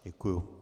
Děkuju.